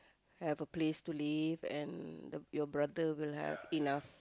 have a place to live and the your brother will have enough